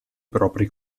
propri